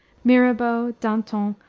mirabeau, danton,